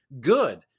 good